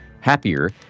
happier